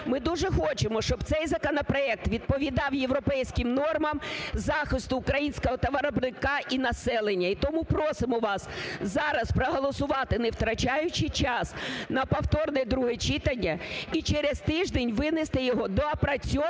Ми дуже хочемо, щоб цей законопроект відповідав європейським нормам захисту українського товаровиробника і населення. І тому просимо вас зараз проголосувати, не втрачаючи час, на повторне друге читання і через тиждень винести його доопрацьований,